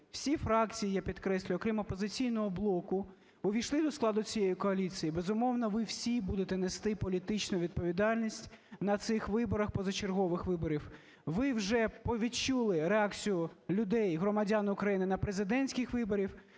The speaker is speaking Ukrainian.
всі фракції, я підкреслюю, окрім "Опозиційного блоку", увійшли до складу цієї коаліції. Безумовно, ви всі будете нести політичну відповідальність на цих виборах, позачергових виборах. Ви вже відчули реакцію людей, громадян України, на президентських виборах.